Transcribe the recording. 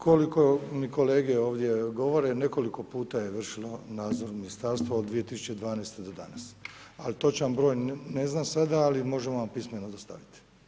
Koliko mi kolege ovdje govore nekoliko puta je vršilo nadzor ministarstvo od 2012. do danas, točan broj ne znam sada, ali možemo vam pismeno dostaviti.